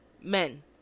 men